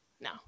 no